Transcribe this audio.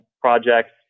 projects